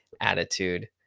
attitude